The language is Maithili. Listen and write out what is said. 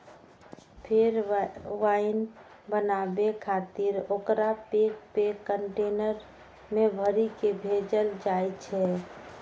फेर वाइन बनाबै खातिर ओकरा पैघ पैघ कंटेनर मे भरि कें भेजल जाइ छै